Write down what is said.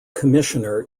commissioner